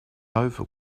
over